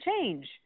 change